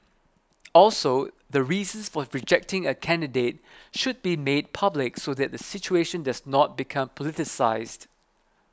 also the reasons for rejecting a candidate should be made public so that the situation does not become politicised